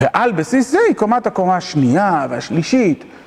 ועל בסיס זה היא קומת הקומה השנייה והשלישית.